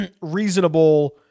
reasonable